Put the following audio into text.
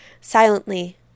Silently